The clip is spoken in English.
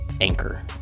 anchor